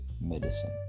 medicine